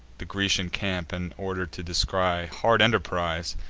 the grecian camp and order to descry hard enterprise!